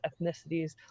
ethnicities